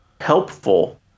helpful